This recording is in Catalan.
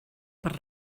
per